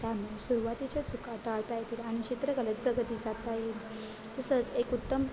त्यामुळे सुरुवातीच्या चुका टाळता येतील आणि चित्रकलेत प्रगती साधता येईल तसंच एक उत्तम